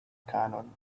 cannon